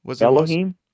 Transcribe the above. Elohim